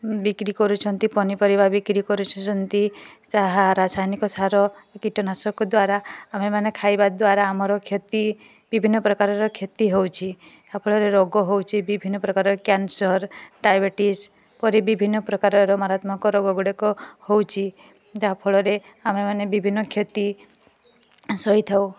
ବିକ୍ରି କରୁଛନ୍ତି ପନିପରିବା ବିକ୍ରି କରୁଛନ୍ତି ତାହା ରାସାୟନିକ ସାର କୀଟନାଶକ ଦ୍ୱାରା ଆମ୍ଭେ ମାନେ ଖାଇବା ଦ୍ୱାରା ଆମର କ୍ଷତି ବିଭିନ୍ନ ପ୍ରକାରର କ୍ଷତି ହେଉଛି ଯାହାଫଳରେ ରୋଗ ହେଉଛି ବିଭିନ୍ନ ପ୍ରକାରର କ୍ୟାନସର୍ ଡାଇବେଟିସ୍ ପରି ବିଭିନ୍ନ ପ୍ରକାରର ମାରାତ୍ମକ ରୋଗ ଗୁଡ଼ାକ ହେଉଛି ଯାହା ଫଳରେ ଆମେ ମାନେ ବିଭିନ୍ନ କ୍ଷତି ସହିଥାଉ